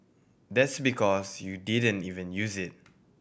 that's because you didn't even use it